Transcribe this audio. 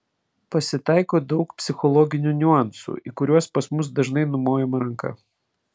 pasitaiko daug psichologinių niuansų į kuriuos pas mus dažnai numojama ranka